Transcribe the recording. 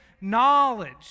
knowledge